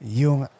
yung